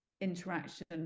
interaction